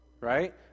right